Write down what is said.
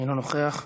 אינו נוכח.